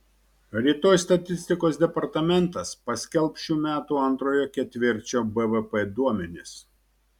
rytoj statistikos departamentas paskelbs šių metų antrojo ketvirčio bvp duomenis